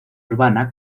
urbana